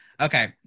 Okay